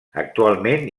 actualment